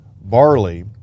barley